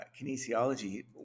kinesiology